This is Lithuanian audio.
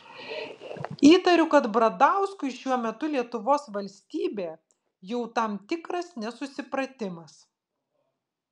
įtariu kad bradauskui šiuo metu lietuvos valstybė jau tam tikras nesusipratimas